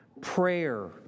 prayer